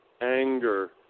anger